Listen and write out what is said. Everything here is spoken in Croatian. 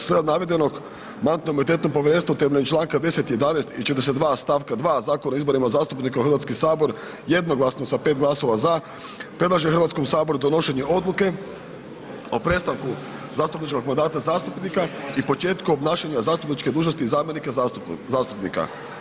S navedenog Mandatno-imunitetno povjerenstvo temeljem članka 10., 11. i 42. stavka 2. Zakona o izborima zastupnika u Hrvatski sabor jednoglasno sa pet glasova ZA, predlaže Hrvatskom saboru donošenje Odluka o prestanku zastupničkog mandata zastupnika i početku obnašanja zastupničke dužnosti zamjenika zastupnika.